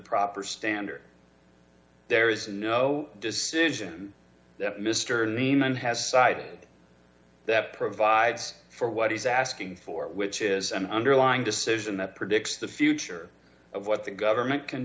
proper standard there is no decision that mr newman has cited that provides for what he's asking for which is an underlying decision that predicts the future of what the government can